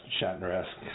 Shatner-esque